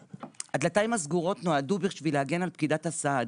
הדלתיים הסגורות נועדו בשביל להגן על פקידת הסעד,